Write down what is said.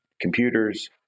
computers